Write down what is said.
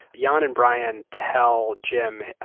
jan and brian tell jim,